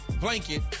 blanket